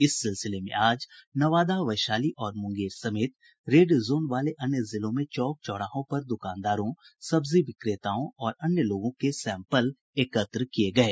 इस सिलसिले में आज नवादा वैशाली और मुंगेर समेत रेड जोन वाले अन्य जिलों में चौक चौराहों पर दुकानदारों सब्जी विक्रेताओं और अन्य लोगों के सैंपल एकत्र किये गये